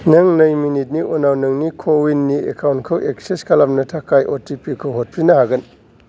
नों नै मिनिटनि उनाव नोंनि क' विननि एकाउन्टखौ एक्सेस खालामनो थाखाय अटिपि खौ हरफिननो हागोन